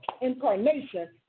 incarnation